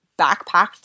backpacked